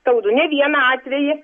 skaudų ne vieną atvejį